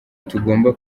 tugomba